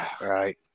right